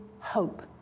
hope